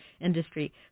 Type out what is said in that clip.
industry